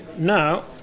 now